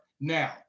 Now